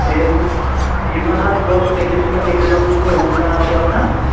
ییٚیہِ حظ یِمَن حظ اوس أکِس مےٚ أکِس دَنٛدَس اوس مےٚ روٗٹ کَنال کَرُن حظ